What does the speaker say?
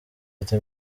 ati